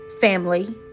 family